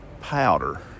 powder